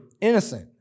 innocent